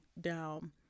down